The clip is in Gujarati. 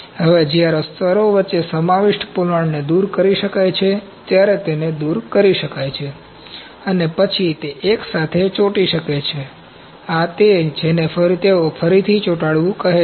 હવે જ્યારે સ્તરો વચ્ચે સમાવિષ્ટ આ પોલાણને દૂર કરી શકાય છે ત્યારે તેને દૂર કરી શકાય છે અને પછી તે એકસાથે ચોટી શકે છે આ તે જેને તેઓ ફરીથી ચોટાડવું કહે છે